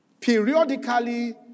periodically